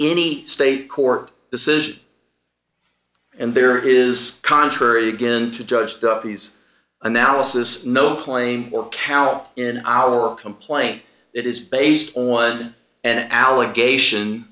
any state court decision and there is contrary again to judge duffy's analysis no claim or cow in our complaint it is based on an allegation